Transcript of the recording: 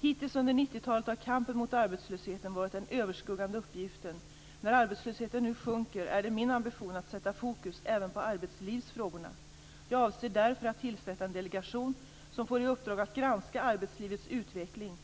Hittills under 1990-talet har kampen mot arbetslösheten varit den överskuggande uppgiften. När arbetslösheten nu sjunker är det min ambition att sätta fokus även på arbetslivsfrågorna. Jag avser därför att tillsätta en delegation som får i uppdrag att granska arbetslivets utveckling.